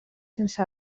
sense